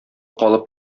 калып